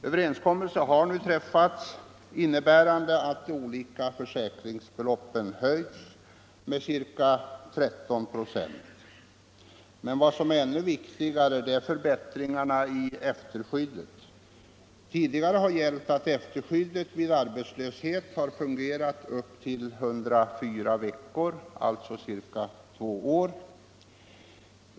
Det har nu träffats en överenskommelse innebärande att de olika försäkringsbeloppen höjs med ca 13 96, men ännu viktigare är förbättringar av efterskyddet. Tidigare har efterskyddet vid arbetslöshet fungerat i upp till 104 veckor, dvs. ungefär två år.